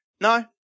No